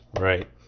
Right